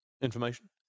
information